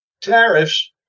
Tariffs